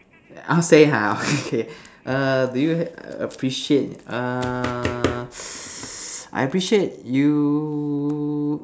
I'll say ha okay err do you appreciate err I appreciate you